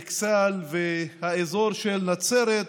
אכסאל והאזור של נצרת,